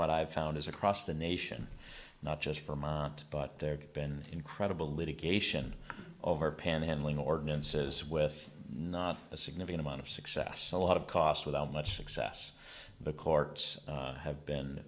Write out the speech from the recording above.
what i've found is across the nation not just for mot but there'd been incredible litigation over panhandling ordinances with not a significant amount of success a lot of cost without much success but courts have been